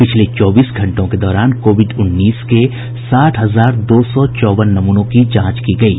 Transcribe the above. पिछले चौबीस घंटों के दौरान कोविड उन्नीस के साठ हजार दो सौ चौवन नमूनों की जांच की गयी